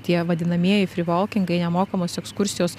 tie vadinamieji fri volkingai nemokamos ekskursijos